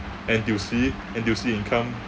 N_T_U_C N_T_U_C income